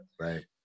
Right